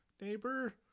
Neighbor